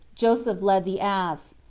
joseph led the ass.